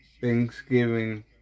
Thanksgiving